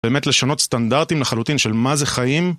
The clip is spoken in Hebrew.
באמת, לשנות סטנדרטים לחלוטין של מה זה חיים.